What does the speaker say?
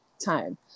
time